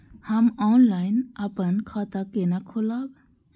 हम ऑनलाइन अपन खाता केना खोलाब?